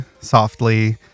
softly